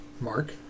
Mark